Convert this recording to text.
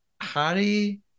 Harry